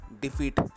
defeat